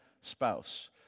spouse